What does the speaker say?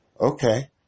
Okay